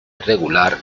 regular